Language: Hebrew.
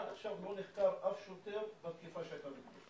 עד עכשיו לא נחקר אף שוטר בתקיפה שהייתה.